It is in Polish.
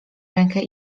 rękę